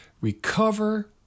Recover